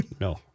no